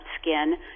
skin